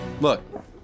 look